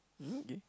mm okay